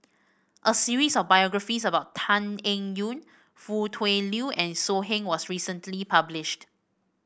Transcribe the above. a series of biographies about Tan Eng Yoon Foo Tui Liew and So Heng was recently published